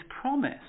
promise